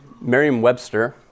Merriam-Webster